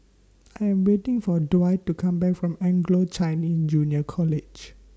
I Am waiting For Dwight to Come Back from Anglo Chinese Junior College